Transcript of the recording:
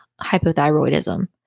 hypothyroidism